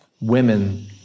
women